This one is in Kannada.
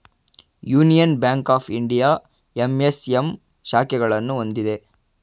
union Bank of India MSM ಶಾಖೆಗಳನ್ನು ಹೊಂದಿದೆ